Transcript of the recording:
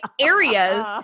areas